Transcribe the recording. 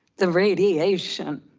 the radiation.